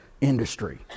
industry